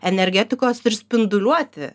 energetikos ir spinduliuoti